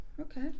Okay